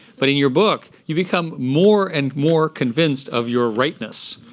but in your book, you become more and more convinced of your rightness.